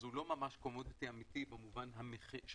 אז הוא לא ממש קומודיטי אמיתי במובן של